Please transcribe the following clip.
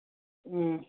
اۭں